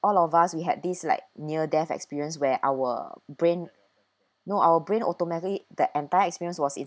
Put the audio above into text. all of us we had this like near death experience where our brain no our brain automatically the entire experience was